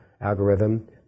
algorithm